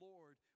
Lord